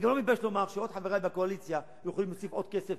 ואני גם לא מתבייש לומר שחברי בקואליציה יכולים להוסיף עוד כסף,